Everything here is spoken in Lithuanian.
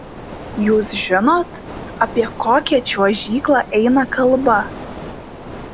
jūs žinot apie kokią čiuožyklą eina kalba